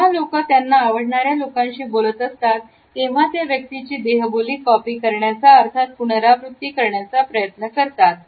जेव्हा लोकं त्यांना आवडणाऱ्या लोकांशी बोलत असतात तेव्हा त्या व्यक्तीची देहबोली कॉपी करण्याचा अर्थात पुनरावृत्ती करण्याचा प्रयत्न करतात